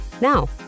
Now